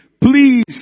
Please